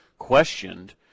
questioned